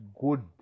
good